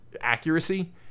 accuracy